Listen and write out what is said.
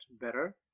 better